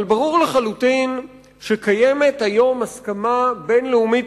אבל ברור לחלוטין שהיום קיימת הסכמה בין-לאומית